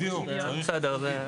בסדר.